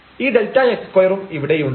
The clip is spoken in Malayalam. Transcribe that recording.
ഈ Δx2 ഉം ഇവിടെയുണ്ട്